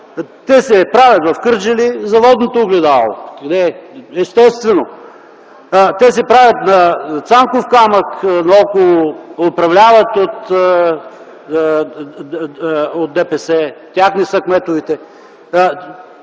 Те се правят в Кърджали за „Водното огледало”, естествено, те се правят за „Цанков камък”. Наоколо управляват от ДПС, техни са кметовете,